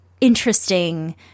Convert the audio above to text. interesting